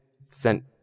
sent